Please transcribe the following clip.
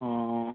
ହଁ ହଁ